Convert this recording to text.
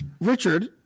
Richard